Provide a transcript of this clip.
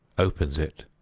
opens it,